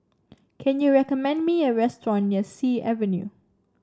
can you recommend me a restaurant near Sea Avenue